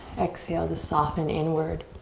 exhale to soften inward.